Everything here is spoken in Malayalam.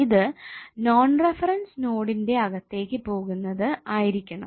ഇത് നോൺ റഫറൻസ് നൊടിന്റെ അകത്തേക് പോകുന്നത് ആയിരിക്കണം